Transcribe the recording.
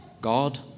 God